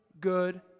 good